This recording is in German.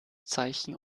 zeichen